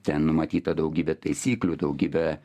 ten numatyta daugybė taisyklių daugybė